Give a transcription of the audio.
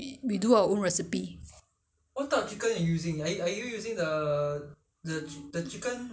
err most likely if it will be chicken wing cause I have chicken wing